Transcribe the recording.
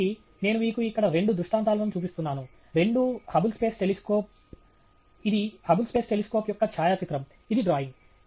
కాబట్టి నేను మీకు ఇక్కడ రెండు దృష్టాంతాలను చూపిస్తున్నాను రెండూ హబుల్ స్పేస్ టెలిస్కోప్ ఇది హబుల్ స్పేస్ టెలిస్కోప్ యొక్క ఛాయాచిత్రం ఇది డ్రాయింగ్